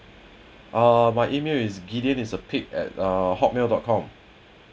uh my email is gideon is a pig at uh hotmail dot com